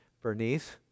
Bernice